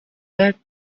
that